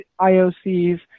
IOCs